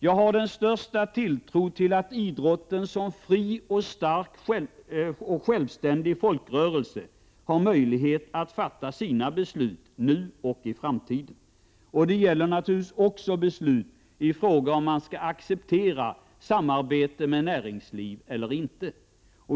Jag har den största tilltro till att idrotten som fri, stark och självständig folkrörelse har möjlighet att fatta sina beslut nu och i framtiden. Det gäller naturligtvis också beslut i fråga om huruvida man skall acceptera samarbete med näringsliv eller inte.